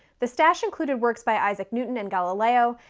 the stash included works by isaac newton and galileo,